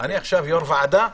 אני עכשיו יו"ר ועדה,